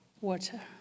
water